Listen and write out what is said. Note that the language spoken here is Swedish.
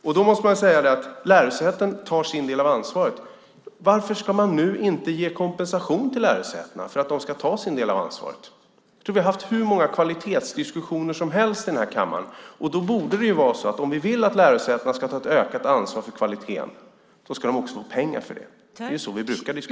Om lärosätena tar sin del av ansvaret undrar jag: Varför ska man inte ge kompensation till lärosätena för att de tar sin del av ansvaret? Vi har haft hur många kvalitetsdiskussioner som helst i den här kammaren. Då borde det vara så att om vi vill att lärosätena ska ta ett ökat ansvar för kvaliteten ska de också få pengar för det. Det är så vi brukar diskutera.